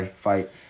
fight